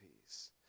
peace